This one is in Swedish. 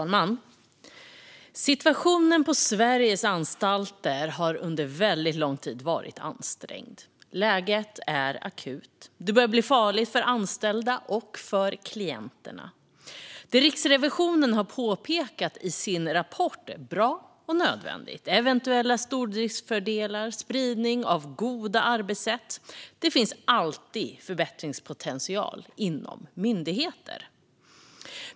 Fru talman! Situationen på Sveriges anstalter har under väldigt lång tid varit ansträngd. Läget är akut. Det börjar bli farligt för de anställda och för klienterna. Det Riksrevisionen har påpekat i sin rapport är bra och nödvändigt. Det handlar om eventuella stordriftsfördelar och om spridning av goda arbetssätt. Det finns alltid förbättringspotential inom myndigheter.